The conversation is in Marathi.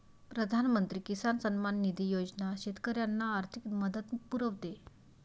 प्रधानमंत्री किसान सन्मान निधी योजना शेतकऱ्यांना आर्थिक मदत पुरवते